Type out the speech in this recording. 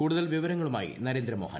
കൂടുതൽ വിവരങ്ങളുമായി നരേന്ദ്രമോഹൻ